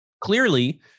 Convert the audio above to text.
clearly